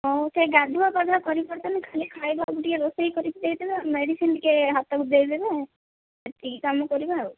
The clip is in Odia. ହେଉ ସେ ଗାଧୁଆ ପାଧୁଆ କରିପାରୁଛନ୍ତି ଖାଲି ଖାଇବାକୁ ଟିକେ ରୋଷେଇ କରିକି ଦେଇ ଦେଲେ ମେଡ଼ିସିନ ଟିକେ ହାତକୁ ଦେଇଦେବେ ଏତିକି କାମ କରିବେ ଆଉ